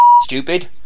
stupid